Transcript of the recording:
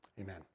Amen